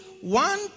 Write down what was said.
one